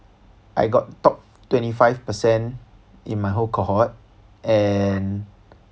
I got top twenty five percent in my whole cohort and